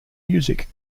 music